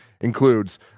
includes